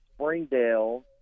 Springdale